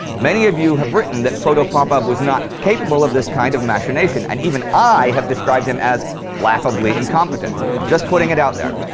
many of you have written that protopopov was not capable of this kind of machination, and even i have described him as laughably incompetent, i'm just putting this out there.